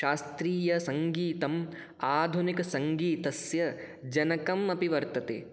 शास्त्रीयसङ्गीतम् आधुनिकसङ्गीतस्य जनकम् अपि वर्तते